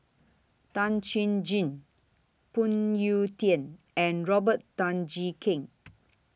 Tan Chuan Jin Phoon Yew Tien and Robert Tan Jee Keng